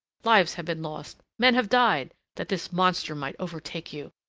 lives have been lost men have died that this monster might overtake you.